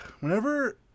Whenever